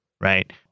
Right